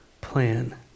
plan